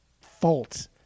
fault